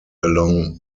along